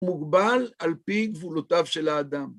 מוגבל על פי גבולותיו של האדם.